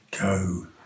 go